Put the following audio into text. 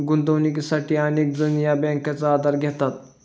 गुंतवणुकीसाठी अनेक जण या बँकांचा आधार घेतात